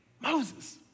Moses